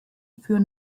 für